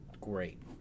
great